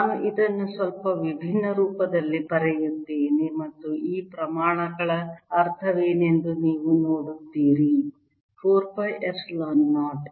ನಾನು ಇದನ್ನು ಸ್ವಲ್ಪ ವಿಭಿನ್ನ ರೂಪದಲ್ಲಿ ಬರೆಯುತ್ತೇನೆ ಮತ್ತು ಈ ಪ್ರಮಾಣಗಳ ಅರ್ಥವೇನೆಂದು ನೀವು ನೋಡುತ್ತೀರಿ 4 ಪೈ ಎಪ್ಸಿಲಾನ್ 0